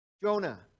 Jonah